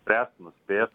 spręst nuspėt